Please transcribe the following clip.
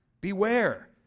Beware